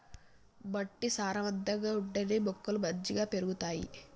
మట్టి సారవంతంగా ఉంటేనే మొక్కలు మంచిగ పెరుగుతాయి